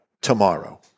Tomorrow